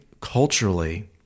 culturally